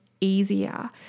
easier